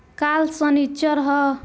काल्ह सनीचर ह